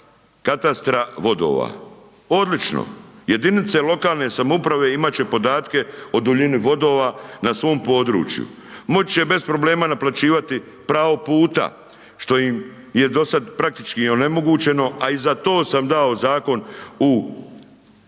katastra vodova. Odlučno, jedinice lokalne samouprave imat će podatke o duljini vodova na svom području, moći će bez problema naplaćivati pravo puta, što im je dosad praktički onemogućeno, a i za to sam dao zakon u proceduru